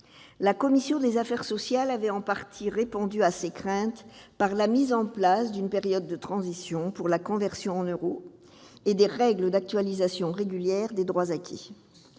La commission des affaires sociales avait en partie répondu à ces craintes par la mise en place d'une période de transition pour la conversion en euros et de règles d'actualisation régulière des droits acquis.